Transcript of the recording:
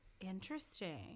interesting